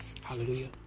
Hallelujah